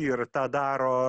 ir tą daro